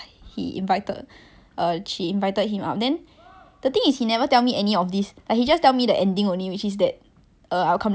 then like when you don't explain anything that happened right then the person just waiting like nobody's business then you are like oh my god